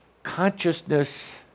Consciousness